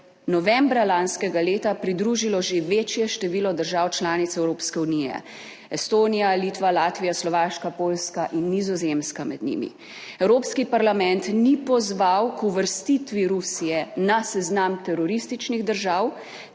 novembra lanskega leta pridružilo že večje število držav članic Evropske unije: Estonija, Litva, Latvija, Slovaška, Poljska in Nizozemska med njimi. Evropski parlament ni pozval k uvrstitvi Rusije na seznam terorističnih držav,